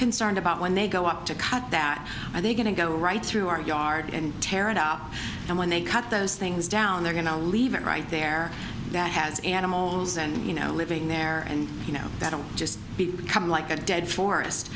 concerned about when they go up to cut that and they're going to go right through our yard and tear it up and when they cut those things down they're going to leave it right there that has animals and you know living there and you know that i'm just becoming like a dead forest